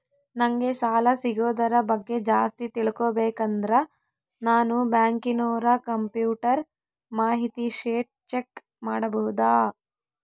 ನಂಗೆ ಸಾಲ ಸಿಗೋದರ ಬಗ್ಗೆ ಜಾಸ್ತಿ ತಿಳಕೋಬೇಕಂದ್ರ ನಾನು ಬ್ಯಾಂಕಿನೋರ ಕಂಪ್ಯೂಟರ್ ಮಾಹಿತಿ ಶೇಟ್ ಚೆಕ್ ಮಾಡಬಹುದಾ?